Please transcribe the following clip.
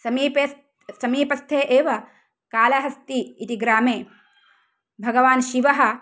समीपे समीपस्थे एव कालहस्ती इति ग्रामे भगवान् शिवः